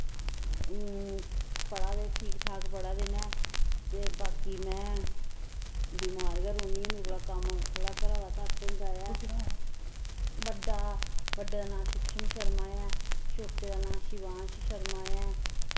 पढ़ा दे ठीक ठाक पढ़ा दे नै ते बाकि में बिमार गै रौह्नी ऐ मेरे कोला कम्म थोह्ड़ा घरा दा घट्ट होंदा ऐ बड्डा बड्डे दा नांऽ शुक्शम शर्मा ऐ छोटे दे नांऽ शीवांश शर्मा ऐ